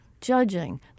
judging